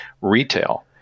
retail